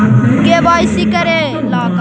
KYC करे ला का का कागजात चाही?